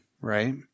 right